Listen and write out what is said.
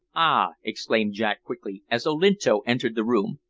ah! exclaimed jack quickly, as olinto entered the room.